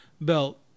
belt